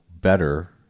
better